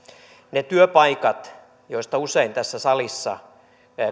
ne työpaikat joista usein tässä salissa